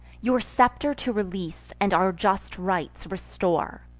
your scepter to release, and our just rights restore.